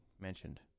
mentioned